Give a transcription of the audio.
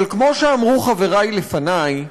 אבל כמו שאמרו חברי לפני,